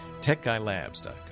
techguylabs.com